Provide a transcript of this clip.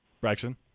Braxton